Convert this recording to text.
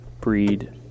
breed